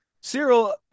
Cyril